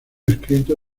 escrito